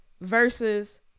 versus